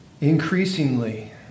Increasingly